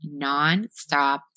nonstop